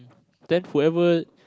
then forever